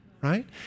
right